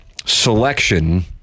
selection